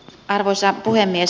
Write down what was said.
arvoisa puhemies